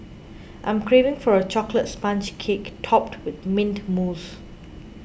I am craving for a Chocolate Sponge Cake Topped with Mint Mousse